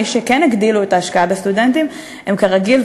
מי שכן הגדילו את ההשקעה בסטודנטים הן כרגיל,